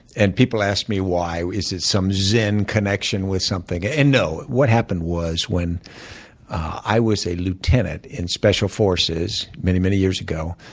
and people ask me why. is it some zen connection with something? and no. what happened was, when i was a lieutenant in special forces, forces, many, many years ago,